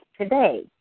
today